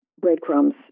breadcrumbs